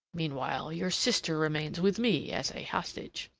meanwhile, your sister remains with me as a hostage.